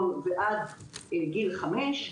רימונה חן מנהלת תחום בכירה תקציבים,